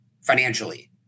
financially